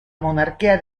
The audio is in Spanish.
monarquía